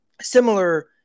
similar